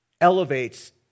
elevates